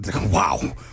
Wow